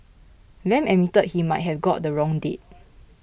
Lam admitted he might have got the wrong date